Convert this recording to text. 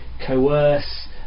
coerce